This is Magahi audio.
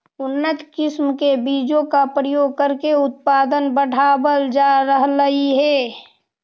उन्नत किस्म के बीजों का प्रयोग करके उत्पादन बढ़ावल जा रहलइ हे